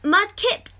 Mudkip